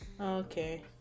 Okay